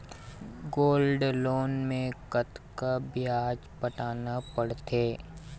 Gold loan मे कतका ब्याज पटाना पड़थे?